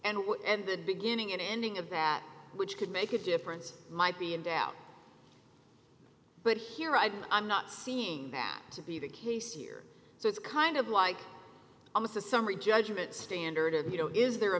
whatever the beginning and ending of that which could make a difference might be in doubt but here i'm i'm not seeing that to be the case here so it's kind of like almost a summary judgment standard of you know is there a